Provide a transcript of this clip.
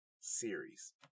Series